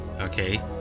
okay